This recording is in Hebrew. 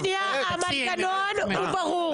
המנגנון ברור.